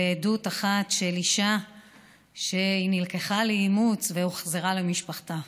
ועדות אחת של אישה שנלקחה לאימוץ והוחזרה למשפחתה,